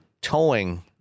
towing